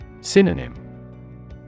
Synonym